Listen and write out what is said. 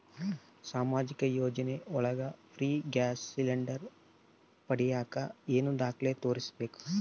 ಸಾಮಾಜಿಕ ಯೋಜನೆ ಒಳಗ ಫ್ರೇ ಗ್ಯಾಸ್ ಸಿಲಿಂಡರ್ ಪಡಿಯಾಕ ಏನು ದಾಖಲೆ ತೋರಿಸ್ಬೇಕು?